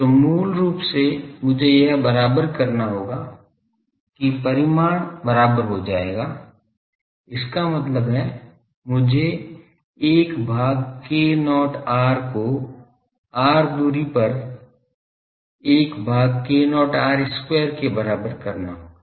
तो मूल रूप से मुझे यह बराबर करना होगा कि परिमाण बराबर हो जाएगा इसका मतलब है मुझे 1 भाग k0 r को r दूरी पर 1 भाग k0 r square के बराबर करना होगा